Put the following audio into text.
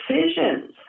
decisions